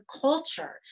culture